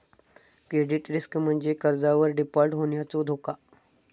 credit risk म्हणजे कर्जावर default होण्याचो धोका